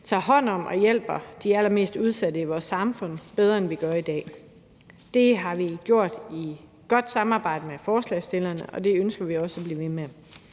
tager hånd om og hjælper de allermest udsatte i vores samfund. Det har vi gjort og gør vi i et godt samarbejde med forslagsstillerne, og det ønsker vi at blive ved